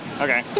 Okay